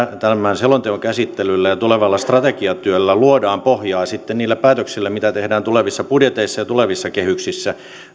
tämän selonteon käsittelyllä ja tulevalla strategiatyöllä luodaan pohjaa sitten niille päätöksille mitä tehdään tulevissa budjeteissa ja tulevissa kehyksissä